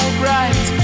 bright